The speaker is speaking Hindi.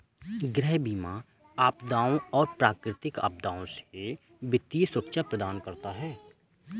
गृह बीमा आपदाओं और प्राकृतिक आपदाओं से वित्तीय सुरक्षा प्रदान करता है